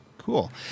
Cool